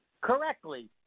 correctly